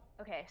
Okay